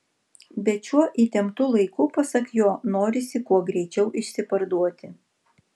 bet šiuo įtemptu laiku pasak jo norisi kuo greičiau išsiparduoti